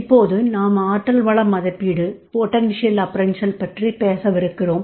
இப்போது நாம் ஆற்றல் வள மதிப்பீடு பற்றி பேசவிருக்கிறோம்